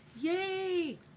Yay